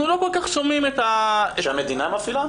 לא כל כך שומעים את --- שהמדינה מפעילה?